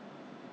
yes